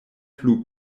plu